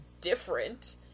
different